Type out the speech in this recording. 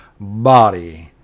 body